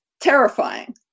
terrifying